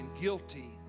guilty